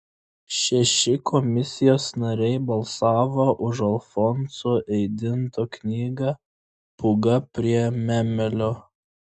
šeši komisijos nariai balsavo už alfonso eidinto knygą pūga prie memelio